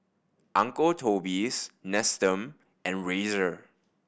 Uncle Toby's Nestum and Razer